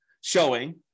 showing